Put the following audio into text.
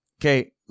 Okay